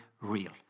real